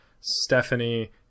Stephanie